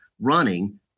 running